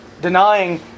denying